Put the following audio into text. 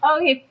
Okay